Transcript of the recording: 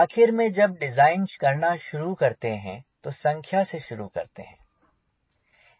आखिर में जब डिज़ाइन करना शुरू करते हैं तो संख्या से शुरू करते हैं